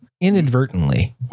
inadvertently